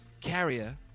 carrier